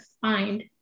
find